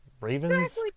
ravens